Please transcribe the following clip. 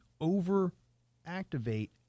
over-activate